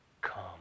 come